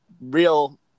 real